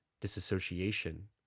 disassociation